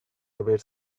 awaits